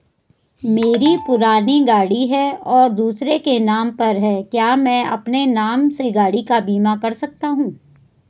मेरी पुरानी गाड़ी है और दूसरे के नाम पर है क्या मैं अपने नाम से गाड़ी का बीमा कर सकता हूँ?